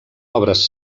obres